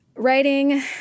Writing